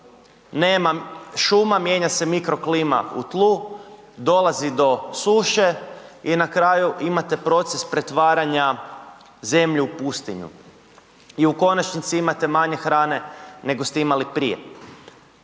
nema šuma mijenja se mikro klima u tlu, dolazi do suše i na kraju imate proces pretvaranja zemlje u pustinju. I u konačnici imate manje hrane nego ste imali prije.